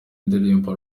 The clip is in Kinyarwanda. ndirimbo